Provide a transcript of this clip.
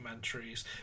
documentaries